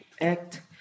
Act